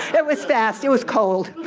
it was fast. it was cold.